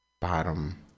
bottom